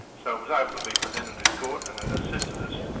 so it was able to be presented at court and it assisted us.